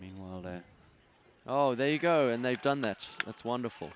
meanwhile that oh there you go and they've done that that's wonderful